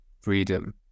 freedom